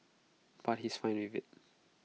but he's fine with IT